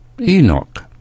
Enoch